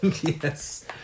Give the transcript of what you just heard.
Yes